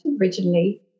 originally